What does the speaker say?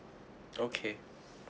okay